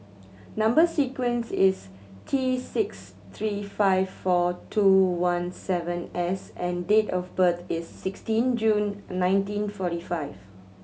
number sequence is T six three five four two one seven S and date of birth is sixteen June nineteen forty five